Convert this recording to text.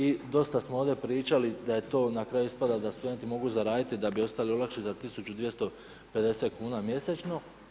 I dosta smo ovdje pričali da je to na kraju ispada da studenti mogu zaraditi da bi ostale olakšice 1250 kuna mjesečno.